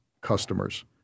customers